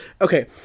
Okay